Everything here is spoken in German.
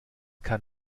kann